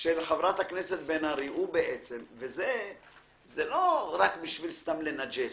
של חברת הכנסת בן ארי הוא לא לבוא רק בשביל סתם לנג'ס.